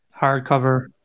hardcover